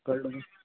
कळ्ळें तुका